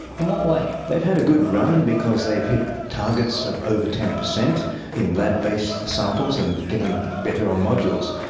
in what way? they've had a good run because they've hit targets of over ten percent in lab-based samples, and getting better on modules.